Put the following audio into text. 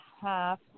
half